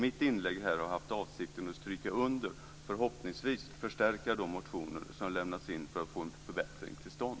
Mitt inlägg har haft som avsikt att stryka under och förhoppningsvis förstärka kraven i de motioner som lämnats in för att få en förbättring till stånd.